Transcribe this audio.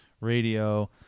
radio